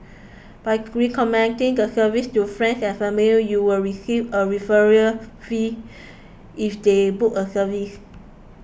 by recommending the service to friends and family you will receive a referral fee if they book a service